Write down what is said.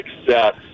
success